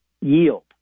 yield